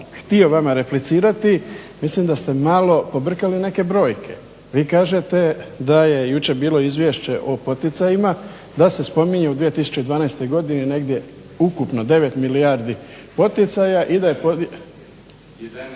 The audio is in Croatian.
htio vama replicirati, mislim da ste malo pobrkali neke brojke. Vi kažete da je jučer bilo izvješće o poticajima da se spominju u 2012.godini negdje ukupno 9 milijardi poticaja … /Upadica